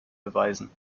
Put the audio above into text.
beweisen